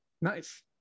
Nice